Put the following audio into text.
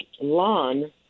lawn